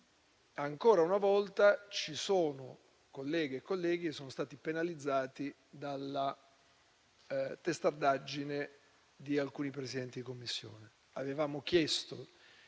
ancora una volta ci sono colleghe e colleghi che sono stati penalizzati dalla testardaggine di alcuni Presidenti di Commissione. Avevamo chiesto